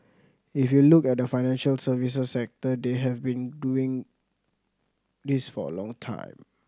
if you look at the financial services sector they have been doing this for a long time